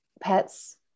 pets